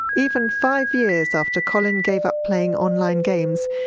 even five years after colin gave up playing online games,